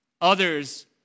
Others